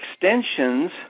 extensions